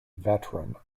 veteran